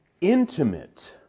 intimate